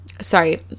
sorry